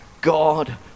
god